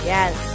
Yes